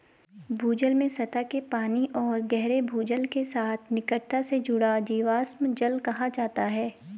भूजल में सतह के पानी और गहरे भूजल के साथ निकटता से जुड़ा जीवाश्म जल कहा जाता है